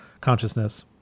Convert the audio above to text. consciousness